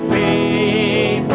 a